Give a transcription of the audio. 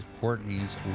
Courtney's